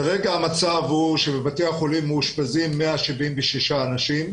כרגע המצב הוא שבבתי החולים מאושפזים 176 אנשים.